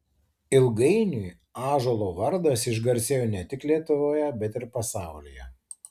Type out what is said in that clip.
ilgainiui ąžuolo vardas išgarsėjo ne tik lietuvoje bet ir pasaulyje